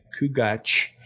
Kugach